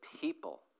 people